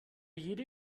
jede